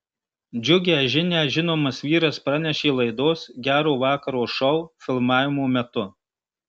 džiugią žinią žinomas vyras pranešė laidos gero vakaro šou filmavimo metu